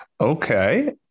Okay